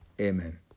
Amen